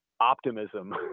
optimism